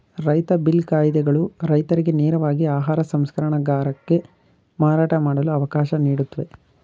ರೈತ ಬಿಲ್ ಕಾಯಿದೆಗಳು ರೈತರಿಗೆ ನೇರವಾಗಿ ಆಹಾರ ಸಂಸ್ಕರಣಗಾರಕ್ಕೆ ಮಾರಾಟ ಮಾಡಲು ಅವಕಾಶ ನೀಡುತ್ವೆ